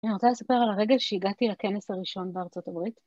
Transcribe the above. אני רוצה לספר על הרגע שהגעתי לכנס הראשון בארצות הברית.